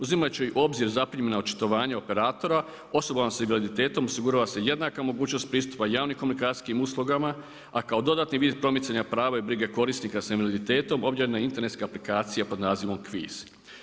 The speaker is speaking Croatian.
Uzimajući u obzir zaprimljena očitovanja operatora osobama sa invaliditetom osigurava se jednaka mogućnost pristup javnim komunikacijskim uslugama, a kao dodatni vid promicanja prava i brige korisnika sa invaliditetom objavljena je internetska aplikacija pod nazivom kviz.